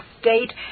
state